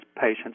patients